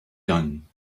done